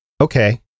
Okay